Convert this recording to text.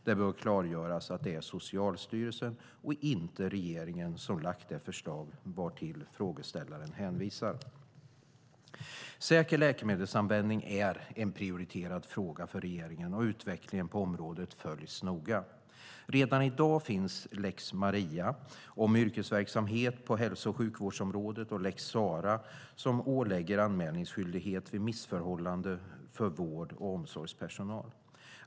Det bör klargöras att det är Socialstyrelsen och inte regeringen som lagt det förslag vartill frågeställaren hänvisar. Säker läkemedelsanvändning är en prioriterad fråga för regeringen, och utvecklingen på området följs noga. Redan i dag finns lex Maria om yrkesverksamhet på hälso och sjukvårdsområdet) och lex Sarah ) som ålägger anmälningsskyldighet vid missförhållanden för vård och omsorgspersonal.